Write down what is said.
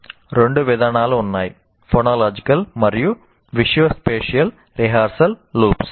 రెండు విధానాలు ఉన్నాయి ఫొనోలాజికల్ phonological మరియు visuospatial rehearsal loops visuospatial rehearsal loops